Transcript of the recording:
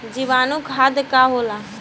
जीवाणु खाद का होला?